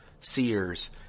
seers